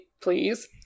please